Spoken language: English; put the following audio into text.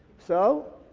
so,